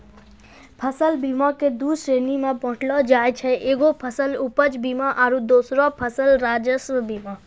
फसल बीमा के दु श्रेणी मे बाँटलो जाय छै एगो फसल उपज बीमा आरु दोसरो फसल राजस्व बीमा